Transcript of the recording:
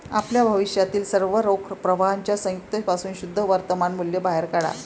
आपल्या भविष्यातील सर्व रोख प्रवाहांच्या संयुक्त पासून शुद्ध वर्तमान मूल्य बाहेर काढा